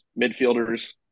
midfielders